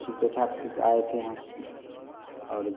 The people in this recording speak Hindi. ठीके ठाक से आए थे हम और